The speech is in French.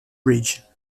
bridge